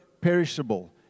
perishable